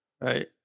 Right